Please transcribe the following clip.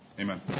amen